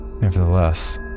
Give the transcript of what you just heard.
Nevertheless